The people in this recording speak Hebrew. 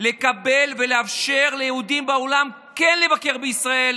לקבל ולאפשר ליהודים בעולם כן לבקר בישראל.